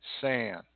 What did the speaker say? sand